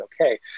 okay